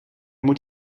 moet